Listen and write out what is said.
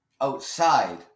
outside